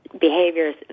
Behaviors